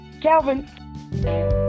Calvin